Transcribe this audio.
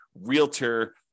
realtor